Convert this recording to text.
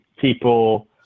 people